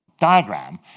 diagram